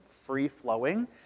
free-flowing